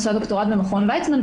אני עושה דוקטורט במכון ויצמן,